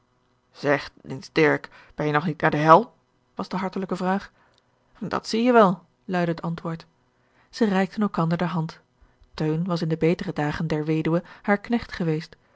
zeg eens dirk ben je nog niet naar de hel was de hartelijke vraag dat zie je wel luidde het antwoord zij reikten elkander de hand teun was in de betere dagen der weduwe haar knecht geweest